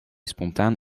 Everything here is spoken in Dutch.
spontaan